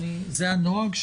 זה הנוהג,